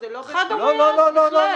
לא, לא בהכרח.